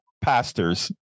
pastors